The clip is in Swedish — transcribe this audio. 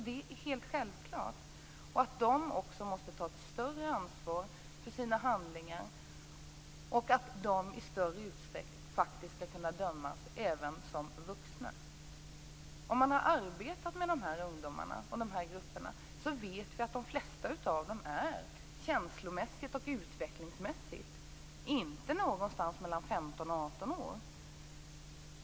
Det är en självklarhet att de måste ta ett större ansvar för sina handlingar och att de i större utsträckning skall kunna dömas även som vuxna. Den som har arbetat med sådana här ungdomar och grupper vet att de flesta av dem känslomässigt och utvecklingsmässigt inte befinner sig på nivån 15-18 år.